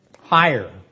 Higher